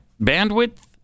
bandwidth